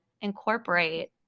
incorporate